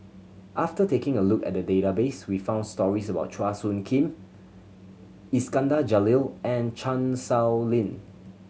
after taking a look at the database we found stories about Chua Soo Khim Iskandar Jalil and Chan Sow Lin